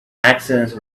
accidents